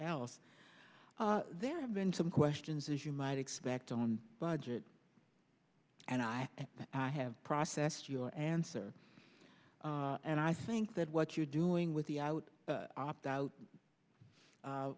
else there have been some questions as you might expect on budget and i and i have processed your answer and i think that what you're doing with the out opt out